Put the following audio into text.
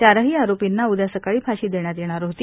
चारही आरोपीना उदया सकाळी फाशी देण्यात येणार होती